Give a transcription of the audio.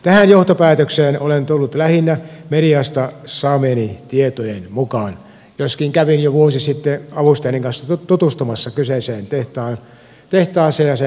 tähän johtopäätökseen olen tullut lähinnä mediasta saamieni tietojen perusteella joskin kävin jo vuosi sitten avustajani kanssa tutustumassa kyseiseen tehtaaseen ja sen ongelmiin